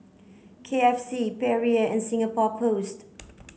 K F C Perrier and Singapore Post